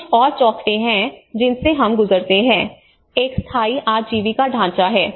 कुछ और चौखटे हैं जिनसे हम गुजरते हैं एक स्थायी आजीविका ढांचा है